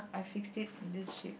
I fixed it on this shape